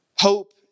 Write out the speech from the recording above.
Hope